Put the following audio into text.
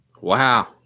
Wow